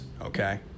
okay